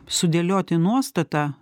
sudėlioti nuostatą